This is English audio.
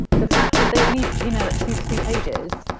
the fact that they only you know, at two to three pages,